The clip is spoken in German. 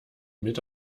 mit